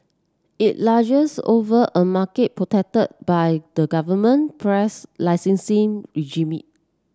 it over a market protected by the government press licensing regime